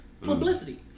Publicity